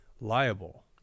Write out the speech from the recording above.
liable